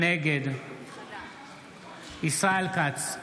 נגד ישראל כץ,